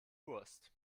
wurst